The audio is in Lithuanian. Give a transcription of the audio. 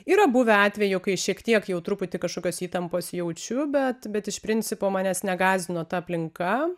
yra buvę atvejų kai šiek tiek jau truputį kažkokios įtampos jaučiu bet bet iš principo manęs negąsdino ta aplinka